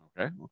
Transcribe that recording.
Okay